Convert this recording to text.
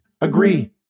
Agree